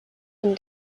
and